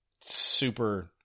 super